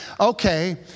okay